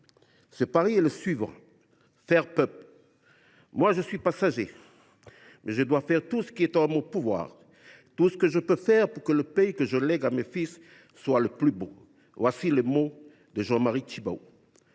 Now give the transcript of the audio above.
Ce pari est le suivant : faire peuple. « Moi je suis passager, mais je dois faire tout ce qui est en mon pouvoir, tout ce que je peux faire pour que le pays que je lègue à mes fils soit le plus beau pays. » Voilà les mots de Jean Marie Tjibaou.